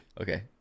Okay